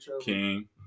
King